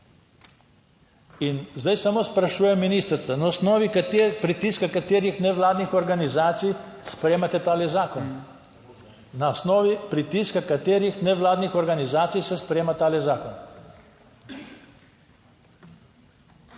In zdaj samo sprašujem ministrico, na osnovi pritiska, katerih nevladnih organizacij, sprejemate ta zakon? Na osnovi pritiska katerih nevladnih organizacij se sprejema ta zakon?